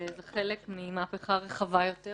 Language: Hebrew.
וזה חלק ממהפכה רחבה יותר